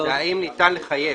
הוא האם ניתן לחייב.